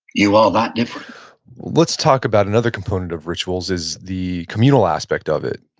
you are that different let's talk about another component of rituals, is the communal aspect of it.